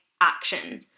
action